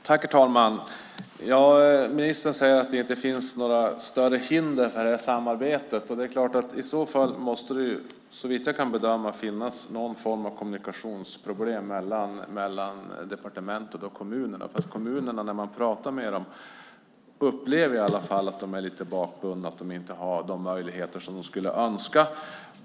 Herr talman! Ministern säger att det inte finns några större hinder för det här samarbetet. I så fall måste det ju, såvitt jag kan bedöma, finnas någon form av kommunikationsproblem mellan departementet och kommunerna. När man pratar med kommunerna kommer det fram att de i alla fall upplever att de är lite bakbundna, att de inte har de möjligheter som de skulle önska.